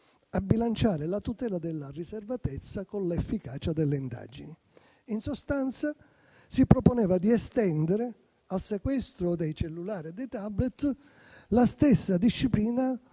a bilanciare la tutela della riservatezza con l'efficacia delle indagini. In sostanza, si proponeva di estendere al sequestro dei cellulari e dei *tablet* la stessa disciplina